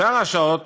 שאר השעות